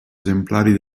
esemplari